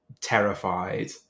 terrified